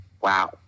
Wow